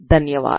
ధన్యవాదాలు